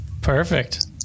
Perfect